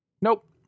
Nope